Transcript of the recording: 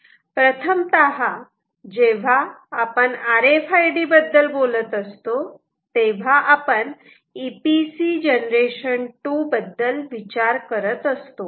प्रथमतः जेव्हा आपण आर एफ आय डी बद्दल बोलत असतो तेव्हा आपण EPC जनरेशन 2 बद्दल विचार करत असतो